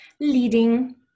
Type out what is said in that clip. Leading